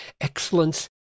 excellence